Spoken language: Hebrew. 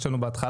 יש לנו בהתחלה,